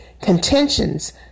contentions